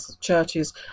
churches